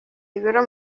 ibiro